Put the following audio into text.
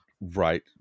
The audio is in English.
Right